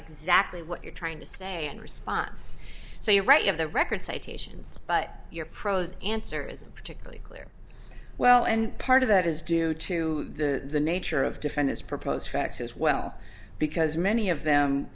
exactly what you're trying to say in response so you're right of the record citations but your prose answer isn't particularly clear well and part of that is due to the nature of defend his proposed facts as well because many of them